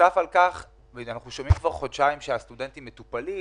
אנחנו שומעים כבר חודשיים שהסטודנטים מטופלים,